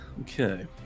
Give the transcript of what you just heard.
okay